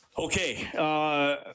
Okay